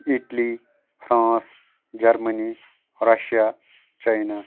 Italy France Germany Russia China